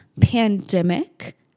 pandemic